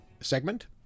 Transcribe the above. segment